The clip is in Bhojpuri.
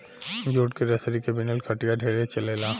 जूट के रसरी के बिनल खटिया ढेरे चलेला